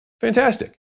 Fantastic